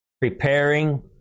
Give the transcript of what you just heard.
preparing